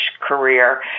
career